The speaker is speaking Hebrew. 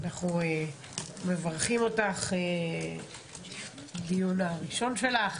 אנחנו מברכים אותך בדיון הראשון שלך,